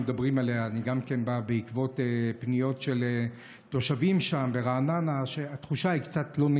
אני העליתי את החשיבות של הנגישות במשרד התחבורה למקום מאוד מאוד גבוה,